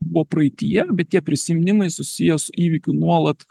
buvo praeityje bet tie prisiminimai susiję su įvykiu nuolat